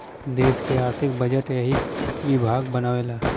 देस क आर्थिक बजट एही विभाग बनावेला